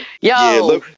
Yo